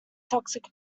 toxic